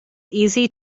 easy